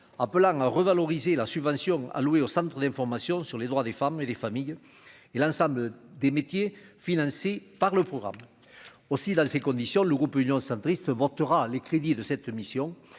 appelant à revaloriser la subvention allouée au Centre d'information sur les droits des femmes et les familles et l'ensemble des métiers, financé par le programme aussi dans ces conditions, le groupe Union centriste votera les crédits de cette mission,